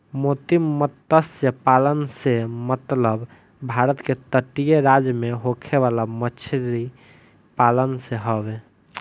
मोती मतस्य पालन से मतलब भारत के तटीय राज्य में होखे वाला मछरी पालन से हवे